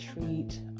treat